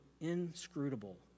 inscrutable